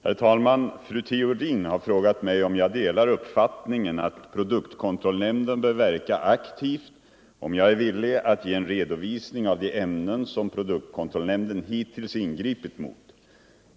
Herr talman! Fru Theorin har frågat mig om jag delar uppfattningen att produktkontrollnämnden bör verka aktivt och om jag är villig att ge en redovisning av de ämnen som produktkontrollnämnden hittills ingripit mot.